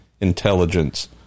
intelligence